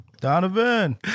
Donovan